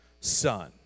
son